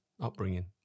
upbringing